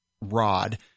rod